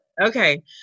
Okay